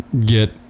get